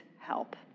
help